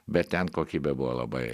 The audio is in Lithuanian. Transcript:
bet ten kokybė buvo labai